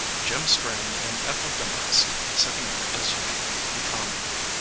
jim strain and ethel demorest sitting out as usual, he commented.